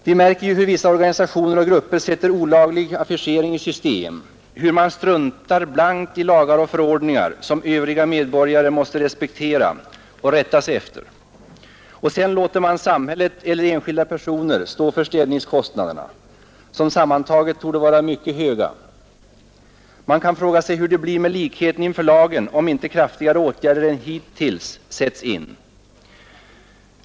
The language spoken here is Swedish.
Vi märker ju hur vissa organisationer och grupper sätter olaglig affischering i system, hur man struntar blankt i lagar och förordningar som övriga medborgare måste respektera och rätta sig efter, och sedan låter man samhället eller enskilda personer stå för städningskostnaderna, som sammantaget torde vara mycket höga. Man kan fråga sig hur det blir med likheten inför lagen, om inte kraftigare åtgärder än hittills sätts in.